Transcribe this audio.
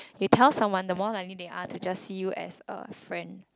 you tell someone the more likely they are to just see you as a friend